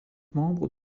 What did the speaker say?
membres